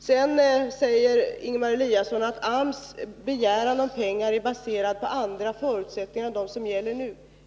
Sedan säger Ingemar Eliasson att AMS begäran om pengar är baserad på andra förutsättningar än på dem som gäller nu.